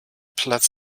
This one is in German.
platz